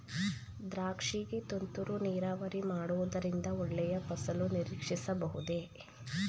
ದ್ರಾಕ್ಷಿ ಗೆ ತುಂತುರು ನೀರಾವರಿ ಮಾಡುವುದರಿಂದ ಒಳ್ಳೆಯ ಫಸಲು ನಿರೀಕ್ಷಿಸಬಹುದೇ?